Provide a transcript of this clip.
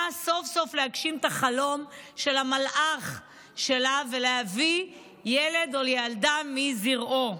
סוף-סוף להגשים את החלום של המלאך שלה ולהביא ילד או ילדה מזרעו.